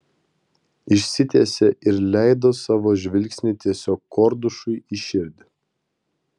išsitiesė ir leido savo žvilgsnį tiesiog kordušui į širdį